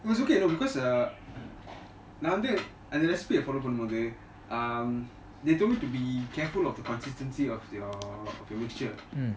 it was okay you know because uh நான் வந்து அந்த:naan vanthu antha recipie follow பண்ணும் போது:panum bothu um they told me to be careful of the consistency of your the mixture